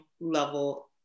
level